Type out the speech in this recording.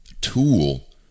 tool